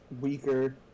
weaker